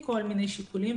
מכל מיני שיקולים,